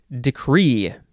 decree